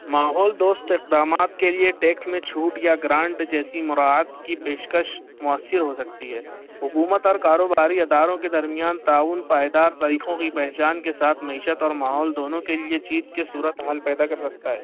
ماحول دوست اقدامات کے لیے ٹیکس میں چھوٹ یا گرانٹ جیسی مراعات کی پیشکش مؤثر ہوسکتی ہے حکومت اور کاروباری اداروں کے درمیان تعاون پائیدار طریقوں کی پہچان کے ساتھ معیشت اور ماحول دونوں کے لیے جیت کی صورتحال پیدا کر سکتا ہے